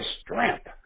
strength